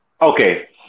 okay